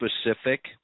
specific